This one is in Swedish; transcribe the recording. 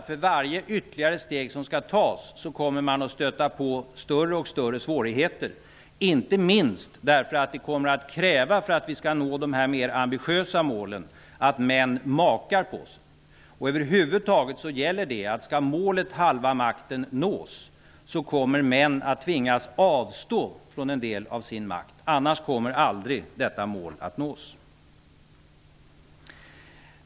För varje ytterligare steg som skall tas kommer man att stöta på större och större svårigheter, inte minst därför att det kommer att krävas att män makar på sig om vi skall nå dessa mer ambitiösa mål. Om målet om halva makten skall nås kommer män över huvud taget att tvingas avstå från en del av sin makt. Annars kommer detta mål aldrig att nås.